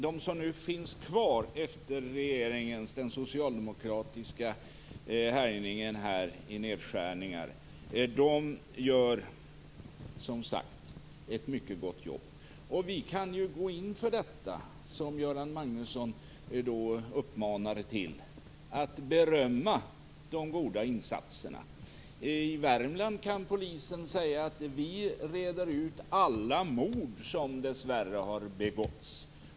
De som nu finns kvar efter den socialdemokratiska regeringens härjningar gör som sagt ett mycket gott jobb. Vi kan ju gå in för det som Göran Magnusson uppmanade till, nämligen att berömma de goda insatserna. I Värmland kan polisen säga att de reder ut alla mord som dessvärre har begåtts.